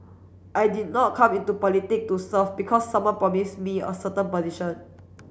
I did not come into politic to serve because someone promise me a certain position